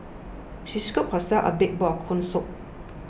she scooped herself a big bowl of Corn Soup